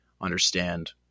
understand